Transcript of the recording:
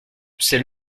c’est